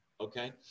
Okay